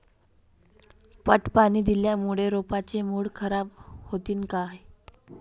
पट पाणी दिल्यामूळे रोपाची मुळ खराब होतीन काय?